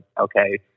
okay